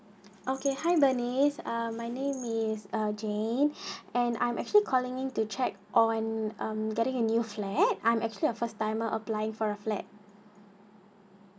okay hi bernice uh my name is uh jane and I'm actually calling in to check on um getting a new flat I'm actually a first timer applying for a flat mm